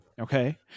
Okay